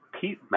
Pete